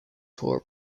tour